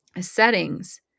Settings